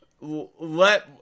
let